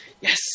Yes